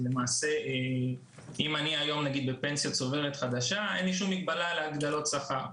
אם אני היום בפנסיה צוברת חדשה אין לי שום מגבלה על הגדלות השכר.